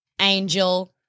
Angel